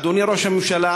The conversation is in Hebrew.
אדוני ראש הממשלה,